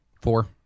Four